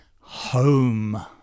home